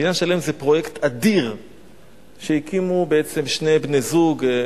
"בניין שלם" זה פרויקט אדיר שהקימו בעצם שני בני-זוג,